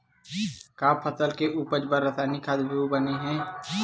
का फसल के उपज बर रासायनिक खातु बने हवय?